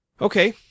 Okay